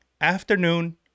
afternoon